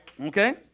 Okay